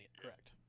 correct